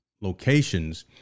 locations